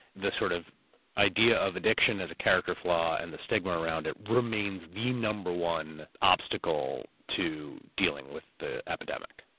the sort of idea of addiction as a character flaw and the stigma around it remains the number one obstacle to dealing with the epidemic.